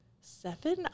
seven